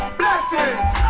blessings